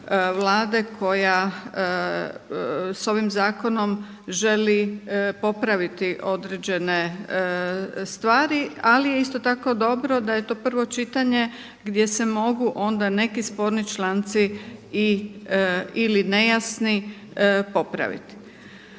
koja s ovim zakonom želi popraviti određene stvari, ali je isto tako dobro da je to prvo čitanje gdje se mogu onda neki sporni članci ili nejasni popraviti.